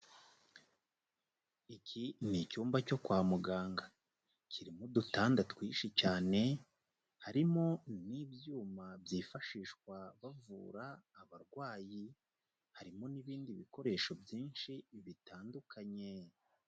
Iki ni icyumba cyo kwa muganga kirimo udutanda twinshi cyane, harimo n'ibyuma byifashishwa bavura abarwayi harimo n'ibindi bikoresho byinshi bitandukanye.